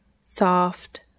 soft